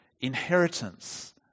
inheritance